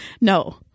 No